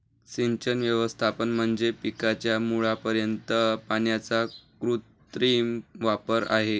सिंचन व्यवस्थापन म्हणजे पिकाच्या मुळापर्यंत पाण्याचा कृत्रिम वापर आहे